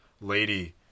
lady